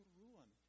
ruin